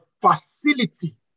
facility